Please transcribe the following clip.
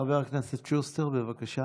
חבר הכנסת שוסטר, בבקשה.